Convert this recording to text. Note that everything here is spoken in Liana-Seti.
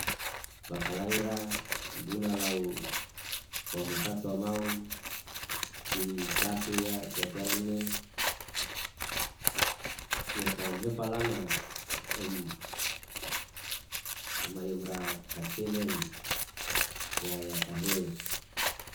Bakalai ra ibuna lau wama tata maun i kase ya tu yak ya ne ya kaum hefalaman om ommayombrak kastilin ya ya kahe